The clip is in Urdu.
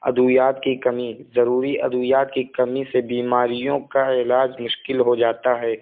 ادویات کی کمی ضروری ادویات کی کمی سے بیماریوں کا علاج مشکل ہو جاتا ہے